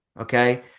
Okay